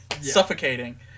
suffocating